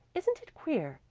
isn't it queer,